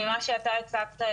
ממה שאתה הצגת,